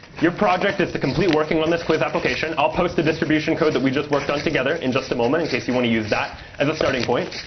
your project is to complete working on this quiz application. i'll post the distribution code that we just worked on together in just a moment, in case you want to use that as a starting point.